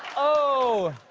oh,